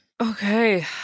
Okay